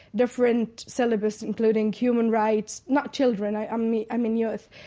different syllabus including human rights not children, i um mean i mean youth.